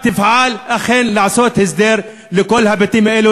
תפעל אכן לעשות הסדר לכל הבתים האלה,